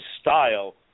style